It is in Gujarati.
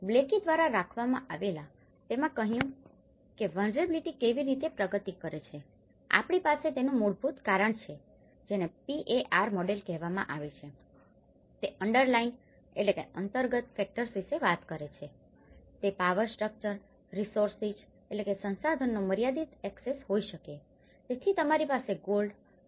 બ્લેકી દ્વારા રાખવામાં આવેલ તેમાં કહેવાયુ છે કે વલ્નરેબીલીટી કેવી રીતે પ્રગતિ કરે છે આપણી પાસે તેનું મૂળ કારણ છે જેને PAR મોડેલ કહેવામાં આવે છે તે અંડરલાયિંગunderlyingઅંતર્ગત ફેકટર્સ વિશે વાત કરે છે તે પાવર સ્ટ્રક્ચર્સ રીસોર્સીસresourcesસંસાધન નો મર્યાદિત એક્સેસ હોઈ શકે છે તેથી તમારી પાસે ગોલ્ડgoldસોનું રીઝર્વ્સreservesભંડાર છે